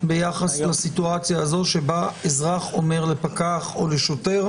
ביחס לסיטואציה הזאת שבה אזרח אומר לפקח או לשוטר: